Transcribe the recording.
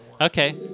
Okay